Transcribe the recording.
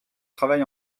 travail